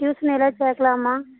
tuition ஏதாவது சேர்க்கலாமா